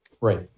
right